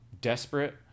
desperate